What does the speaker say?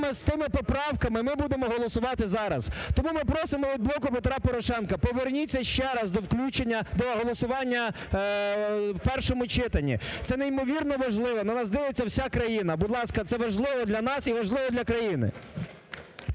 з цими поправками ми будемо голосувати зараз. Тому ми просимо від "Блоку Петра Порошенка", поверніться ще раз до включення … до голосування в першому читанні. Це неймовірно важливо, на нас дивиться вся країна. Будь ласка, це важливо для нас і важливо для країни.